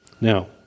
Now